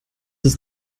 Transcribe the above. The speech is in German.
ist